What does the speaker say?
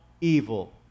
evil